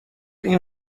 این